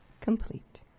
complete